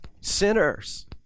sinners